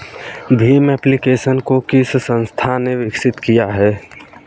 Bhim application को किस संस्था ने विकसित किया है?